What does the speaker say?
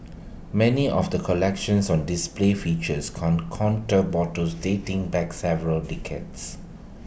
many of the collections on display features can contour bottles dating back several decades